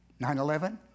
9-11